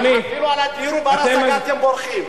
אפילו על הדיור בר-השגה, אתם בורחים.